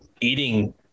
eating